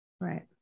Right